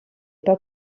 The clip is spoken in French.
pas